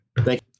Thank